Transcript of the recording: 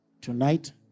Tonight